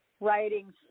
writing